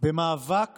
במאבק